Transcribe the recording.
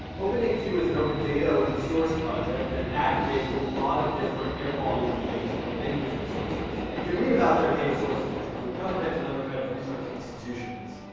openaq is an open data, open source project that aggregates a lot of different air quality readings from many different sources. and you could read about their data sources, which include government and other kind of research institutions.